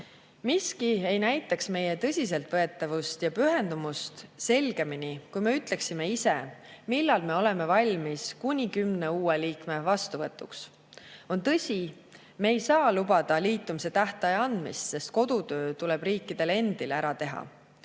Miski ei näitaks meie tõsiseltvõetavust ja pühendumust selgemini, kui me ütleksime ise, millal me oleme valmis kuni kümne uue liikme vastuvõtuks. On tõsi, et me ei saa lubada liitumise tähtaja andmist, sest kodutöö tuleb riikidel endil ära teha.